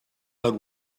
but